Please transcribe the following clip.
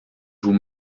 vous